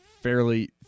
fairly